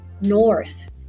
north